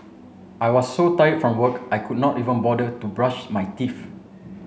I was so tired from work I could not even bother to brush my teeth